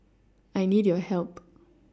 I need your help